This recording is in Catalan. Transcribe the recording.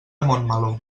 montmeló